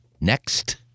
next